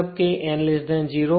મતલબ કે n0